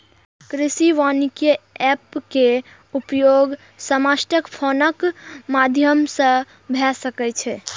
कृषि वानिकी एप के उपयोग स्मार्टफोनक माध्यम सं भए सकै छै